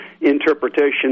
interpretation